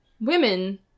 women